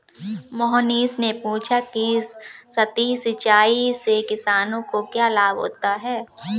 मोहनीश ने पूछा कि सतही सिंचाई से किसानों को क्या लाभ होता है?